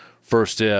first